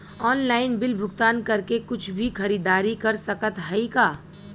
Online bill भुगतान करके कुछ भी खरीदारी कर सकत हई का?